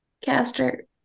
caster